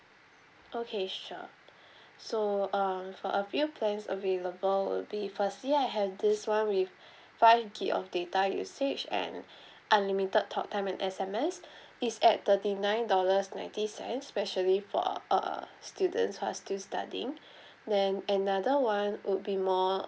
okay sure so um for a few plans available would be firstly I have this [one] with five gig of data usage and unlimited talk time and S_M_S it's at thirty nine dollars ninety cents specially for uh students who are still studying then another one would be more